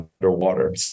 underwater